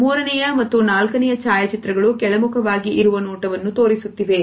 ಮೂರನೆಯ ಮತ್ತು ನಾಲ್ಕನೆಯ ಛಾಯಾಚಿತ್ರಗಳು ಕೆಳಮುಖವಾಗಿ ಇರುವ ನೋಟವನ್ನು ತೋರಿಸುತ್ತಿವೆ